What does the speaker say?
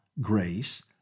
grace